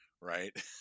right